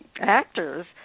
actors